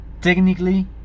technically